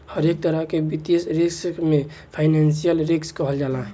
हरेक तरह के वित्तीय रिस्क के फाइनेंशियल रिस्क कहल जाला